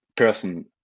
person